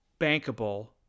bankable